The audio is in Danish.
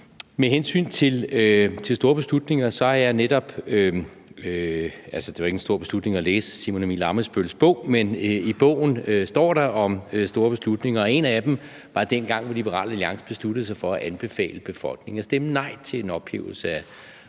Med hensyn til store beslutninger var det ikke en stor beslutning at læse Simon Emil Ammitzbøll-Billes bog, men i bogen står der noget om store beslutninger, og en af dem var dengang, hvor Liberal Alliance anbefalede befolkningen at stemme nej til en ophævelse af